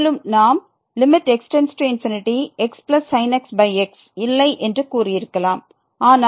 மேலும் நாம் xsin x x இல்லை என்று கூறியிருக்கலாம்